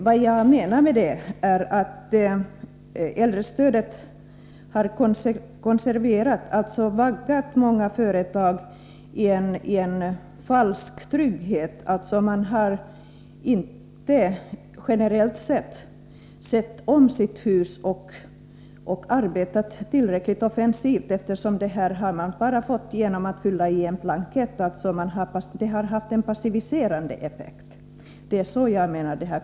Vad jag menar är att äldrestödet har konserverat, dvs. invaggat många företag i en falsk trygghet; de har generellt inte sett om sina hus och arbetat tillräckligt offensivt, eftersom man kunnat få detta stöd bara genom att fylla i en blankett. Detta har alltså haft en passiviserande effekt. Det var detta jag menade.